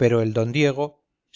pero el d diego